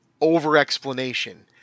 over-explanation